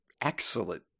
excellent